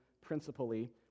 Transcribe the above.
principally